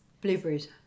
blueberries